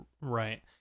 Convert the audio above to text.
Right